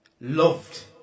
loved